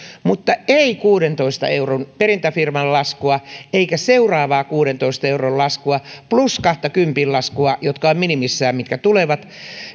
mutta ei kuudentoista euron perintäfirman laskua eikä seuraavaa kuudentoista euron laskua plus kahta kympin laskua jotka ovat ne mitkä minimissään tulevat